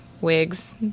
wigs